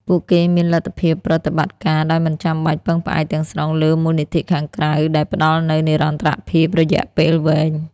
ពួកគេមានលទ្ធភាពប្រតិបត្តិការដោយមិនចាំបាច់ពឹងផ្អែកទាំងស្រុងលើមូលនិធិខាងក្រៅ ដែលផ្តល់នូវនិរន្តរភាពរយៈពេលវែង។